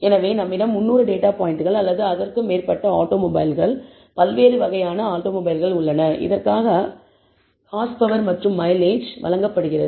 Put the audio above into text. எனவே நம்மிடம் 300 டேட்டா பாயிண்டுகள் அல்லது அதற்கு மேற்பட்ட ஆட்டோமொபைல்கள் பல்வேறு வகையான ஆட்டோமொபைல்கள் உள்ளன இதற்காக ஹார்ஸ் பவர் மற்றும் மைலேஜ் வழங்கப்படுகிறது